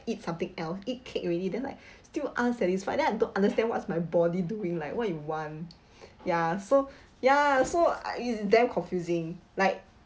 eat something else eat cake already then like still unsatisfied then I don't understand what's my body doing like what you want ya so ya so is damn confusing like